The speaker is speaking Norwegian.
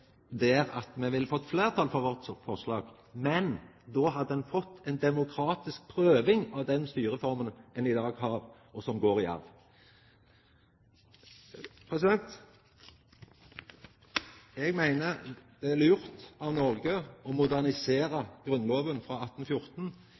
at me ville fått fleirtal for vårt forslag, men då hadde ein fått ei demokratisk prøving av den styreforma ein har i dag, som går i arv. Eg meiner det er lurt av Noreg å modernisera